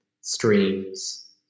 streams